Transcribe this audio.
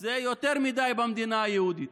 יותר מדי במדינה היהודית.